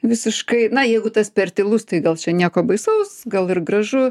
visiškai na jeigu tas per tylus tai gal čia nieko baisaus gal ir gražu